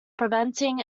preventing